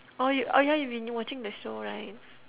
oh y~ oh yeah you've been watching the show right